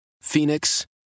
Phoenix